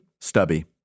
stubby